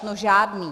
No žádný.